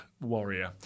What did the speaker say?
warrior